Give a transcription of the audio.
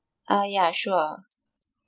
uh yeah sure